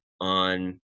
on